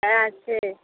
হ্যাঁ আছে